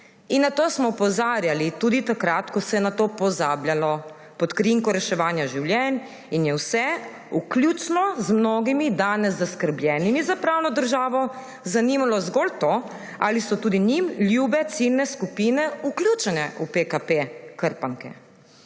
Na to smo opozarjali tudi takrat, ko se je na to pozabljalo pod krinko reševanja življenj, in je vse, vključno z mnogimi danes zaskrbljenimi za pravno državo, zanimalo zgolj to, ali so tudi njim ljube ciljne skupine vključene v PKP krpanke.